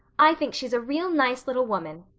i think she's a real nice little woman.